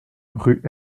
rue